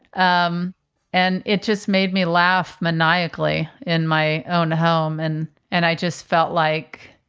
um and it just made me laugh maniacally in my own home and and i just felt like.